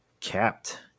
capped